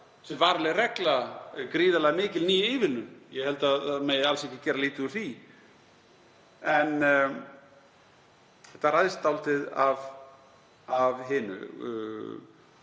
sem varanleg regla gríðarlega mikil ný ívilnun. Ég held að það megi alls ekki gera lítið úr því. En þetta ræðst dálítið af hinu.